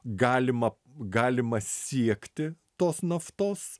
galima galima siekti tos naftos